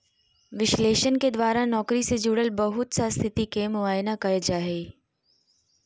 विश्लेषण के द्वारा नौकरी से जुड़ल बहुत सा स्थिति के मुआयना कइल जा हइ